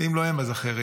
ואם לא הם אז אחרים.